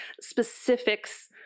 specifics